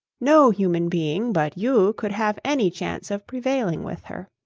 no human being but you could have any chance of prevailing with her.